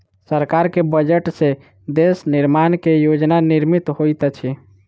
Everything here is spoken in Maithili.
सरकार के बजट से देश निर्माण के योजना निर्मित होइत अछि